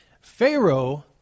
Pharaoh